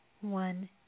one